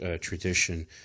tradition